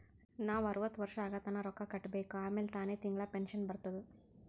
ನಾವ್ ಅರ್ವತ್ ವರ್ಷ ಆಗತನಾ ರೊಕ್ಕಾ ಕಟ್ಬೇಕ ಆಮ್ಯಾಲ ತಾನೆ ತಿಂಗಳಾ ಪೆನ್ಶನ್ ಬರ್ತುದ್